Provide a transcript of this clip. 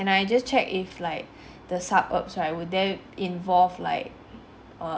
I just check if like the suburbs right would there involve like err